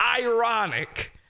ironic